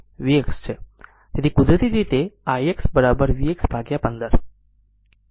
તેથી કુદરતી રીતે ix vx 15 લઈ શકે છે